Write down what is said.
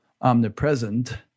omnipresent